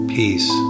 peace